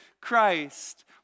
Christ